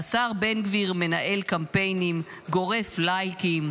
והשר בן גביר מנהל קמפיינים, גורף לייקים,